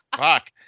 Fuck